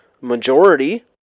majority